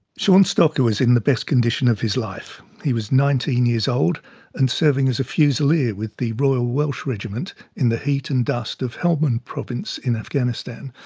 so and stocker was in the best condition of his life. he was nineteen years old and serving as a fusilier with the royal welsh regiment in the heat and dust of helmond province in afghanistan.